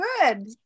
good